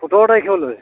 সোতৰ তাৰিখলৈ